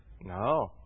No